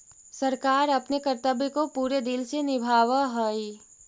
सरकार अपने कर्तव्य को पूरे दिल से निभावअ हई